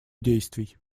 действий